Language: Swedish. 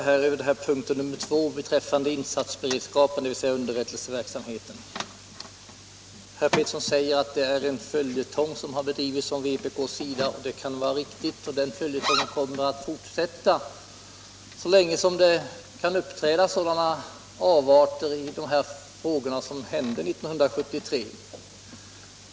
Herr Petersson säger att det är en följetong som har bedrivits från vpk:s sida, och det kan vara riktigt. Den följetongen kommer att fortsätta så länge det uppträder avarter som den som inträffade 1973.